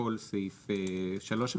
בסעיף 3(ב)